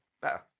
Better